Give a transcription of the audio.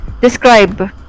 describe